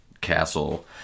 castle